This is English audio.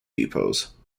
depots